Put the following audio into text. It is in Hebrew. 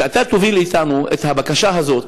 שאתה תוביל אתנו את הבקשה הזאת,